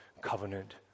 covenant